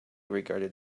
regarded